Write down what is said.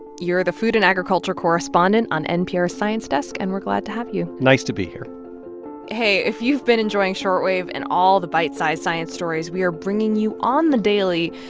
you're the food and agriculture correspondent on npr's science desk, and we're glad to have you nice to be here hey. if you've been enjoying short wave and all the bite-size science stories we are bringing you on the daily,